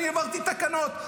אני העברתי תקנות.